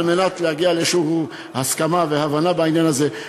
על מנת להגיע לאיזו הסכמה והבנה בעניין הזה,